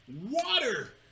water